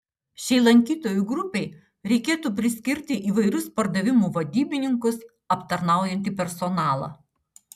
šiai lankytojų grupei reikėtų priskirti įvairius pardavimų vadybininkus aptarnaujantį personalą